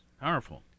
Powerful